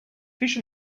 fish